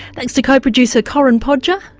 thanks to co-producer corinne podger,